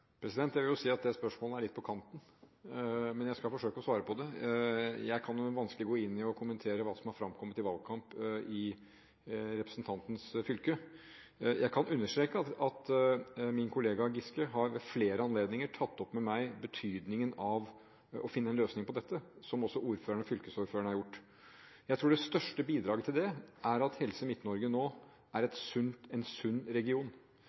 Jeg vil jo si at det spørsmålet er litt på kanten, men jeg skal forsøke å svare på det. Jeg kan vanskelig gå inn i og kommentere hva som er fremkommet i valgkamp i representantens fylke. Jeg kan understreke at min kollega, Giske, ved flere anledninger har tatt opp med meg betydningen av å finne en løsning på dette, som også ordføreren og fylkesordføreren har gjort. Jeg tror det største bidraget til det er at Helse Midt-Norge nå er en sunn region